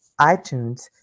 iTunes